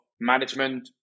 management